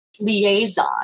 liaison